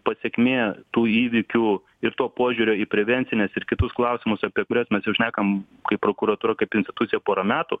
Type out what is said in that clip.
pasekmė tų įvykių ir to požiūrio į prevencines ir kitus klausimus apie kuriuos mes jau šnekam kaip prokuratūra kaip institucija porą metų